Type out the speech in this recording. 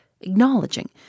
acknowledging